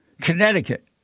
Connecticut